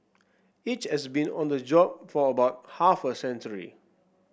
each has been on the job for about half a century